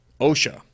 OSHA